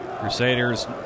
Crusaders